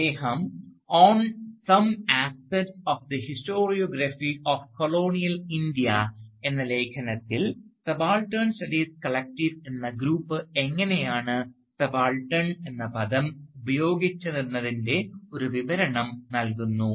അദ്ദേഹം "on some aspects of the historiography of colonial India" "On Some Aspects of the Historiography of Colonial India" എന്ന ലേഖനത്തിൽ subaltern studies collective എന്ന group എങ്ങനെയാണ് subaltern എന്ന പദം ഉപയോഗിച്ചതെന്നതിൻറെ ഒരു വിവരണം നൽകുന്നു